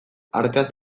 arteaz